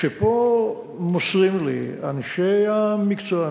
כשפה מוסרים לי אנשי המקצוע,